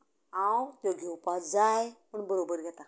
हांव त्यो घेवपाक जाय म्हण बरोबर घेता